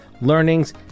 learnings